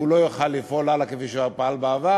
שהוא לא יוכל לפעול הלאה כפי שהוא פעל בעבר.